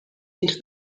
into